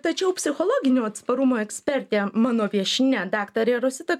tačiau psichologinio atsparumo ekspertė mano viešnia daktarė rosita